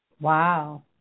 Wow